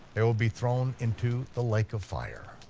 they will be thrown into the lake of fire.